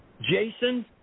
Jason